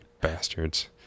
Bastards